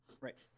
right